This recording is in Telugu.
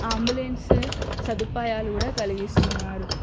అంబులెన్స్ సదుపాయాలు కూడా కలిగిస్తున్నారు